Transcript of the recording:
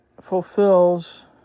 fulfills